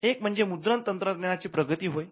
एक म्हणजे मुद्रण तंत्रज्ञानाची प्रगती होय